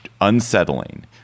Unsettling